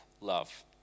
love